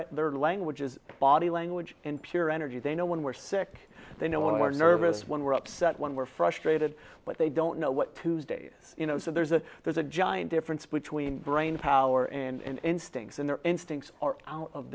ir language is body language in pure energy they know when we're sick they know when we're nervous when we're upset when we're frustrated but they don't know what tuesdays you know so there's a there's a giant difference between brain power and instincts in their instincts are out of